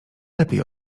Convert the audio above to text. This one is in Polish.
lepiej